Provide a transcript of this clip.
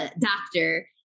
doctor